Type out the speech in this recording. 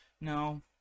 No